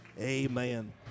amen